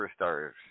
Superstars